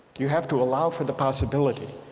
you have to allow for the possibility